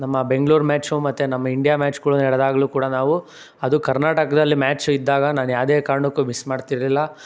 ನಮ್ಮ ಬೆಂಗ್ಳೂರು ಮ್ಯಾಛು ಮತ್ತು ನಮ್ಮ ಇಂಡ್ಯಾ ಮ್ಯಾಛ್ಗಳು ನೆಡೆದಾಗಲೂ ಕೂಡ ನಾವು ಅದು ಕರ್ನಾಟಕದಲ್ಲಿ ಮ್ಯಾಛು ಇದ್ದಾಗ ನಾನು ಯಾವ್ದೇ ಕಾರಣಕ್ಕೂ ಮಿಸ್ ಮಾಡ್ತಿರಲಿಲ್ಲ